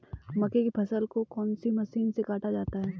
मक्के की फसल को कौन सी मशीन से काटा जाता है?